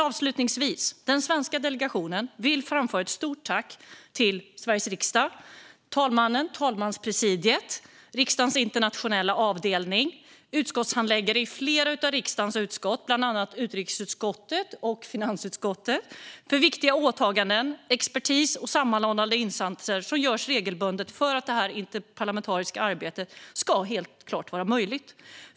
Avslutningsvis vill den svenska delegationen framföra ett stort tack till Sveriges riksdag, talmannen, talmanspresidiet, riksdagens internationella avdelning och utskottshandläggare i flera av riksdagens utskott, bland annat utrikesutskottet och finansutskottet, för viktiga åtaganden, expertis och sammanhållande insatser som görs regelbundet för att det interparlamentariska arbetet ska vara möjligt.